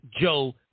Joe